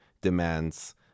demands